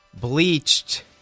Bleached